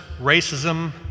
racism